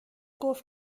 گفت